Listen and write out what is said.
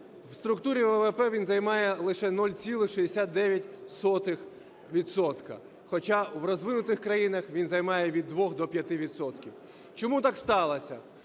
В структурі ВВП він займає лише 0,69 відсотка, хоча в розвинутих країнах він займає від 2 до 5 відсотків. Чому так сталося?